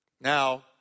Now